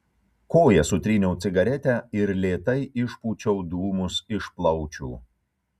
koja sutryniau cigaretę ir lėtai išpūčiau dūmus iš plaučių